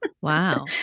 Wow